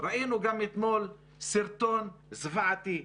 ראינו גם אתמול סרטון זוועתי,